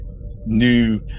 new